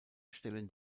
stellen